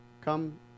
come